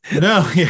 No